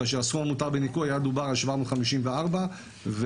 כאשר הסכום המותר בניכוי היה מדובר על 754 שקלים,